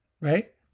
right